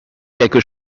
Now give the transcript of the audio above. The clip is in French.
quelque